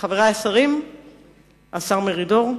השר מרידור,